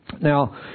Now